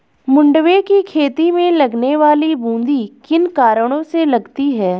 मंडुवे की खेती में लगने वाली बूंदी किन कारणों से लगती है?